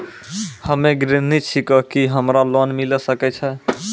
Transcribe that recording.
हम्मे गृहिणी छिकौं, की हमरा लोन मिले सकय छै?